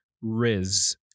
riz